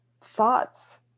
thoughts